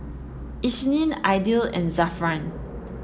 Isnin Aidil and Zafran